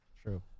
true